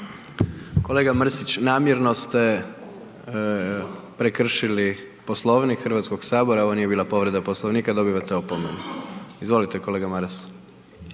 Kolega Mrsić, namjerno ste prekršili Poslovnik HS, ovo nije bila povreda Poslovnika, dobivate opomenu. Izvolite kolega Maras.